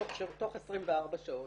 תוך 24 שעות,